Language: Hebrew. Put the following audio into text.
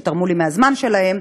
שתרמו לי מהזמן שלהם,